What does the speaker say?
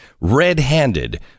red-handed